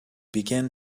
began